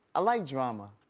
ah like drama,